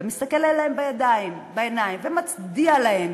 ומסתכל עליהם בעיניים ומצדיע להם,